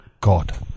God